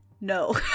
no